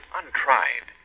untried